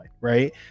right